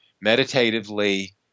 meditatively